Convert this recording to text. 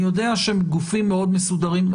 אני יודע שאלה גופים מאוד מסודרים.